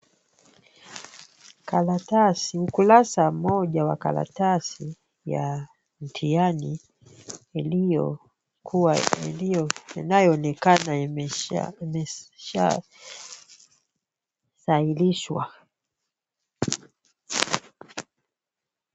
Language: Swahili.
Karatasi, ukurasa mmoja wa karatasi ya mtihani inayoonekana imesahihishwa.